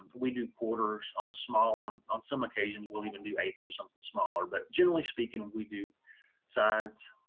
we do quarters on small on on some occasions we'll even do eighths or something smaller. but generally speaking we do sides